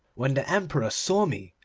when the emperor saw me,